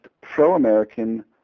pro-American